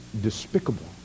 despicable